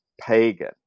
pagan